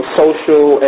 social